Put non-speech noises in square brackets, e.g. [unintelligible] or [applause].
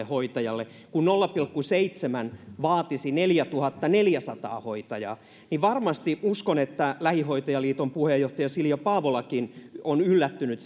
[unintelligible] hoitajalle kun nolla pilkku seitsemän vaatisi neljätuhattaneljäsataa hoitajaa ja kun uskon että lähihoitajaliiton puheenjohtaja silja paavolakin on varmasti yllättynyt [unintelligible]